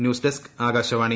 news desk Akashvani